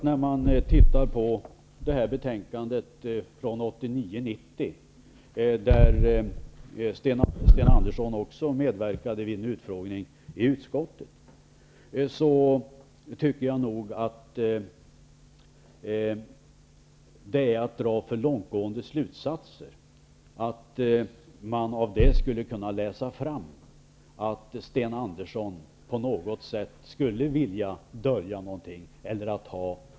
När man läser betänkandet från 1989/90, då Sten Andersson också medverkade vid en utfrågning i utskottet, är det att dra för långtgående slutsatser om man av det kan läsa ut att Sten Andersson på något sätt skulle vilja dölja något.